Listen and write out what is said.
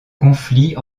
conflit